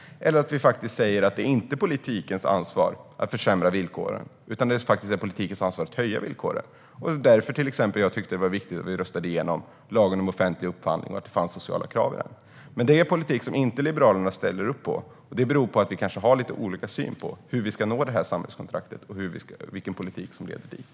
Vi måste också säga att det inte är politikens ansvar att försämra villkoren utan att förbättra villkoren. Därför var det viktigt att vi röstade igenom lagen om offentlig upphandling och att det ställs sociala krav i den. Denna politik ställer Liberalerna inte upp på. Det beror nog på att vi har lite olika syn på hur vi ska nå samhällskontraktet och vilken politik som leder dit.